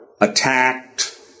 attacked